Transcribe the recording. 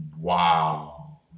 Wow